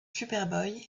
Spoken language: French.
superboy